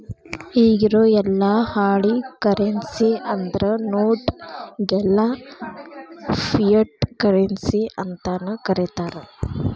ಇಗಿರೊ ಯೆಲ್ಲಾ ಹಾಳಿ ಕರೆನ್ಸಿ ಅಂದ್ರ ನೋಟ್ ಗೆಲ್ಲಾ ಫಿಯಟ್ ಕರೆನ್ಸಿ ಅಂತನ ಕರೇತಾರ